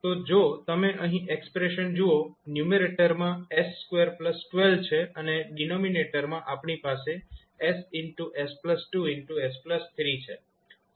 તો જો તમે અહીં એક્સપ્રેશન જુઓ ન્યૂમેરેટરમાં 𝑠212 છે અને ડિનોમિનેટરમાં આપણી પાસે s s 2 s 3 છે